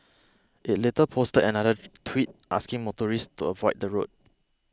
it later posted another tweet asking motorists to avoid the road